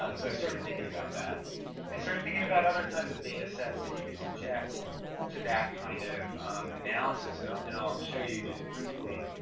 um so, i started thinking about that, and i started thinking about other kinds of data sets that you could subject to that kind of analysis. and i'll, and i'll show you just briefly,